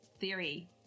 theory